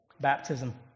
Baptism